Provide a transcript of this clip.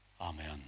Amen